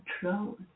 control